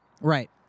Right